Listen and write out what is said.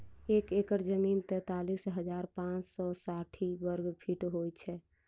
एक एकड़ जमीन तैँतालिस हजार पाँच सौ साठि वर्गफीट होइ छै